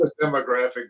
demographic